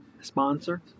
sponsor